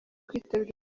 kwitabira